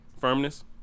Firmness